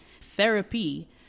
Therapy